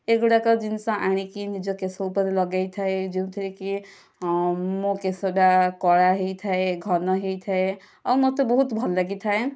ଏଗୁଡ଼ାକ ଜିନିଷ ଆଣିକି ନିଜ କେଶ ଉପରେ ଲଗାଇଥାଏ ଯେଉଁଥିରେ କି ମୋ କେଶ ଟା କଳା ହୋଇଥାଏ ଘନ ହୋଇଥାଏ ଆଉ ମୋତେ ବହୁତ ଭଲ ଲାଗିଥାଏ